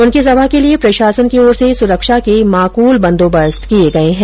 उनकी सभा के लिये प्रशासन की ओर से सुरक्षा के माकुल बंदोबस्त किये गये है